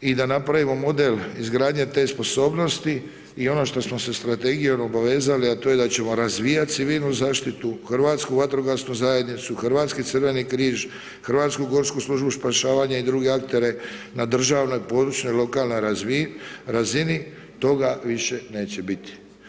i da napravimo model izgradnje te sposobnosti i ono što smo se strategijom obavezali a to je da ćemo razvijati civilnu zaštitu, Hrvatsku vatrogasnu zajednicu, Hrvatski crveni križ, Hrvatsku gorsku službu spašavanja i druge aktere na državnoj, područnoj i lokalnoj razini, toga više neće biti.